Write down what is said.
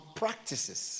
practices